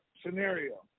scenario